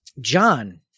John